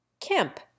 Kemp